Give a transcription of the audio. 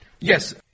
Yes